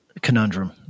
conundrum